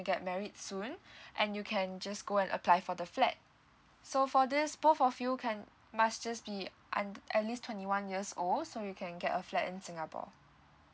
to get married soon and you can just go and apply for the flat so for this both of you can must just be under at least twenty one years old so you can get a flat in singapore